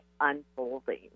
unfolding